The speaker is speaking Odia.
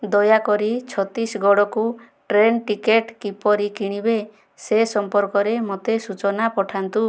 ଦୟାକରି ଛତିଶଗଡ଼କୁ ଟ୍ରେନ୍ ଟିକେଟ୍ କିପରି କିଣିବେ ସେ ସମ୍ପର୍କରେ ମୋତେ ସୂଚନା ପଠାନ୍ତୁ